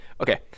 Okay